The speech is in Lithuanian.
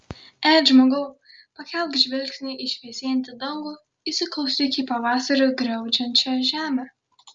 et žmogau pakelk žvilgsnį į šviesėjantį dangų įsiklausyk į pavasariu griaudžiančią žemę